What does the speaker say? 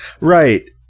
Right